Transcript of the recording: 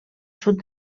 sud